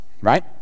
Right